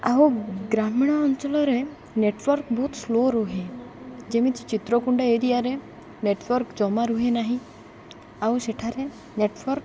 ଆଉ ଗ୍ରାମୀଣ ଅଞ୍ଚଳରେ ନେଟ୍ୱାର୍କ ବହୁତ ସ୍ଲୋ ରୁହେ ଯେମିତି ଚିତ୍ରକୁଣ୍ଡା ଏରିଆରେ ନେଟ୍ୱାର୍କ ଜମା ରୁହେ ନାହିଁ ଆଉ ସେଠାରେ ନେଟ୍ୱାର୍କ